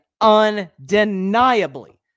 undeniably